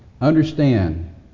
understand